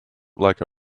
like